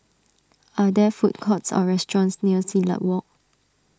are there food courts or restaurants near Silat Walk